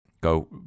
Go